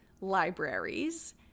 libraries